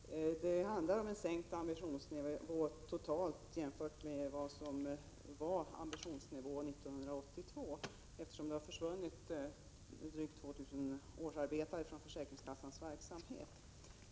Herr talman! Det handlar om en sänkt ambitionsnivå totalt sett jämfört med den som redovisades 1982, eftersom drygt 2 000 årsarbetare har försvunnit från försäkringskassans verksamhet.